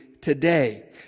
today